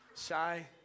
shy